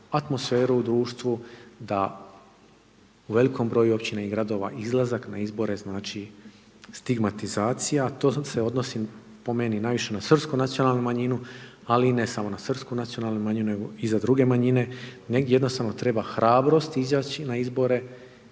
atmosferu u društvu da u velikom broju gradova i općina izlazak na izbore znači stigmatizacija, to se odnosi po meni najviše na srpsku nacionalnu manjinu, ali i ne samo na srpsku nacionalnu manjinu, nego i za druge manjine, negdje jednostavno treba hrabrost izaći na izbore